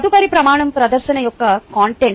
తదుపరి ప్రమాణం ప్రదర్శన యొక్క కంటెంట్